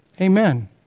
Amen